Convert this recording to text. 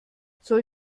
soll